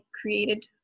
created